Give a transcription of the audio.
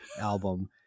album